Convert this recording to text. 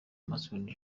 masudi